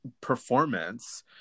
performance